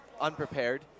unprepared